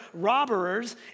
robberers